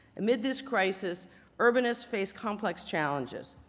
amid this crisis urbanists face complex challenges.